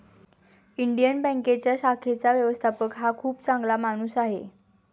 Indian बँकेच्या शाखेचा व्यवस्थापक हा खूप चांगला माणूस आहे